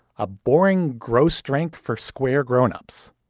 a boring gross drink for square grown-ups.